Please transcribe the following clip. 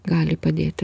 gali padėti